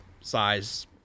size